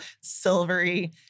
silvery